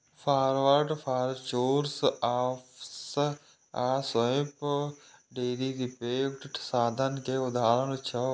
forward, futures, options आ swap derivative साधन के उदाहरण छियै